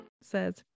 Says